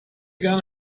gern